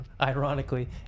ironically